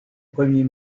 premier